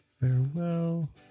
Farewell